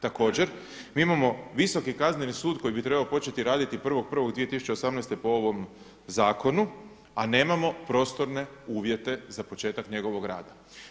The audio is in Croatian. Također, mi imamo Visoki kazneni sud koji bi trebao početi raditi 1.1.2018. po ovom zakonu a nemamo prostorne uvjete za početak njegovog rada.